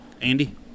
andy